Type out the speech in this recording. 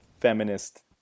feminist